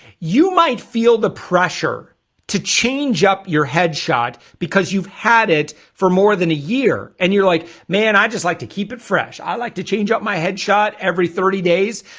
you might feel the pressure to change up your headshot because you've had it for more than a year and you're like man, i'd just like to keep it fresh i like to change up my headshot every thirty days